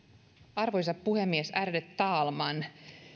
arvoisa puhemies ärade talman